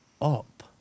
Up